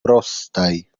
rozstaj